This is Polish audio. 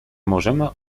możemy